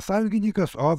sąjungininkas o